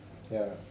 ya